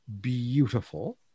beautiful